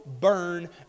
burn